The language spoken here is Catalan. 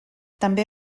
també